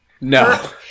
no